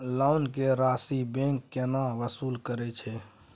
Loan के राशि bank केना वसूल करे छै?